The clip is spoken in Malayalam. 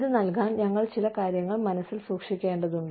ഇത് നൽകാൻ ഞങ്ങൾ ചില കാര്യങ്ങൾ മനസ്സിൽ സൂക്ഷിക്കേണ്ടതുണ്ട്